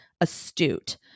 astute